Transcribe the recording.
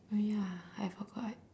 oh ya I forgot